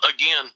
again